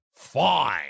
fine